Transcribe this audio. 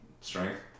strength